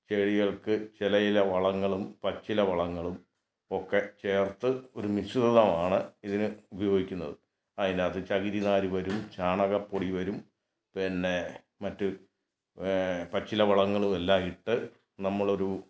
ചെടികൾക്ക് ചില ചില വളങ്ങളും പച്ചില വളങ്ങളും ഒക്കെ ചേർത്ത് ഒരു മിശ്രിതമാണ് ഇതിന് ഉപയോഗിക്കുന്നത് അതിനകത്ത് ചകിരി നാര് വരും ചാണകപ്പൊടി വരും പിന്നെ മറ്റ് പച്ചില വളങ്ങളും എല്ലാം ഇട്ട് നമ്മളൊരു